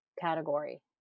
category